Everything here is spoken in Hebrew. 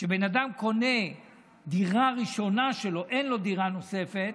כשבן אדם קונה דירה ראשונה, אין לו דירה נוספת,